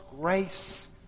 grace